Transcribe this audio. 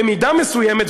במידה מסוימת,